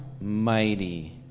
mighty